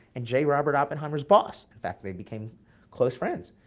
and j. robert oppenheimer's boss. in fact, they became close friends.